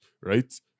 right